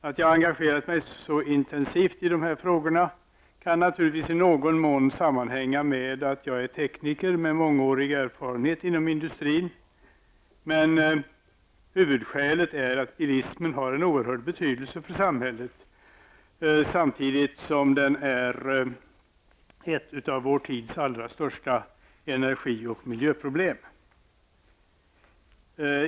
Att jag engagerat mig så intensivt i de här frågorna kan naturligtvis i någon mån sammanhänga med att jag är tekniker med mångårig erfarenhet från industrin, men huvudskälet är att bilismen har en oerhörd betydelse för samhället samtidigt som den är ett av vår tids allra största energi och miljöproblem.